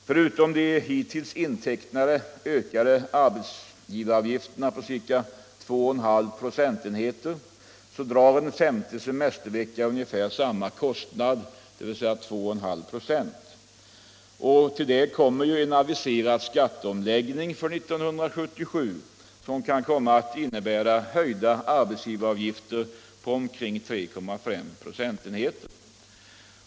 Förutom de hittills intecknade ökade arbetsgivaravgifterna på ca 2,5 procentenheter drar en femte semestervecka ungefär samma kostnad, dvs. 2,5 96. Till detta kommer en aviserad skatteomläggning för 1977 som kan innebära höjda arbetsgivaravgifter på omkring 3,5 procentenheter.